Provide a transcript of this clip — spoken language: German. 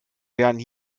werden